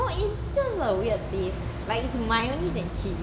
no it's just a weird taste like it's maysonnaise and chilli